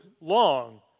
long